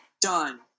done